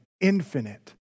infinite